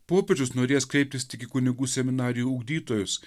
popiežius norės kreiptis tik į kunigų seminarijų ugdytojus